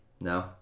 No